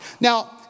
Now